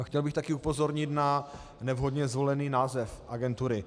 Chtěl bych také upozornit na nevhodně zvolený název agentury.